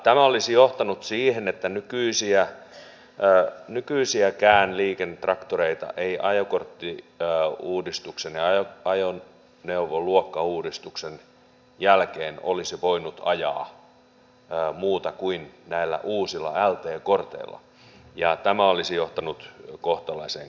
tämä olisi johtanut siihen että nykyisiäkään liikennetraktoreita ei ajokorttiuudistuksen ja ajoneuvoluokkauudistuksen jälkeen olisi voinut ajaa muuten kuin näillä uusilla lt korteilla ja tämä olisi johtanut kohtalaiseen kaaokseen